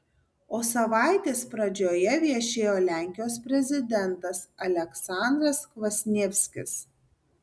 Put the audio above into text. o savaitės pradžioje viešėjo lenkijos prezidentas aleksandras kvasnievskis